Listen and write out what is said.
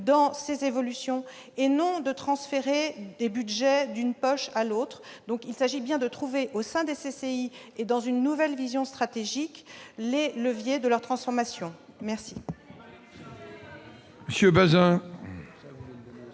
dans ces évolutions et non de transférer des budgets d'une poche à l'autre. Il s'agit donc bien de trouver au sein des CCI et dans une nouvelle vision stratégique les leviers de leur transformation. Vous